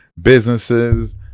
businesses